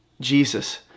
jesus